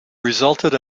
resulted